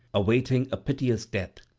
awaiting a piteous death.